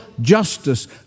justice